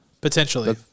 Potentially